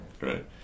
right